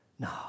No